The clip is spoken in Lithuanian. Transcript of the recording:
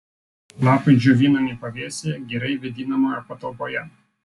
lapai džiovinami pavėsyje gerai vėdinamoje patalpoje